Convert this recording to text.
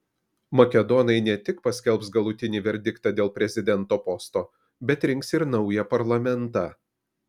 makedonai ne tik paskelbs galutinį verdiktą dėl prezidento posto bet rinks ir naują parlamentą